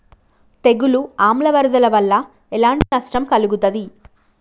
తెగులు ఆమ్ల వరదల వల్ల ఎలాంటి నష్టం కలుగుతది?